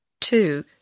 two